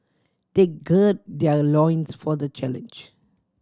they gird their loins for the challenge